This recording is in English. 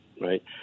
right